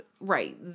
right